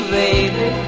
baby